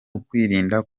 ukwirinda